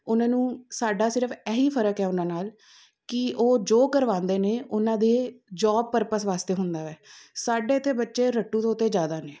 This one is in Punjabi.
ਉਹਨਾਂ ਨੂੰ ਸਾਡਾ ਸਿਰਫ਼ ਇਹ ਹੀ ਫਰਕ ਹੈ ਉਹਨਾਂ ਨਾਲ ਕੀ ਉਹ ਜੋ ਕਰਵਾਉਂਦੇ ਨੇ ਉਹਨਾਂ ਦੇ ਜੋਬ ਪਰਪਸ ਵਾਸਤੇ ਹੁੰਦਾ ਹੈ ਸਾਡੇ ਇੱਥੇ ਬੱਚੇ ਰੱਟੂ ਤੋਤੇ ਜ਼ਿਆਦਾ ਨੇ